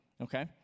Okay